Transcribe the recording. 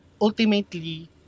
ultimately